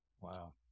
Wow